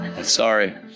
Sorry